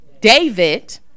David